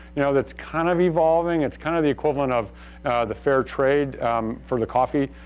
you know that's kind of evolving, it's kind of the equivalent of the fair trade for the coffee,